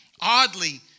Oddly